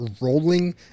rolling